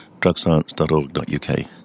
drugscience.org.uk